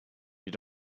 you